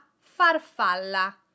farfalla